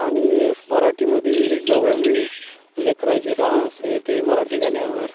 आणि मराठीमध्ये गवळणी लेकराचे डान्स हे ते मराठी गाण्यावर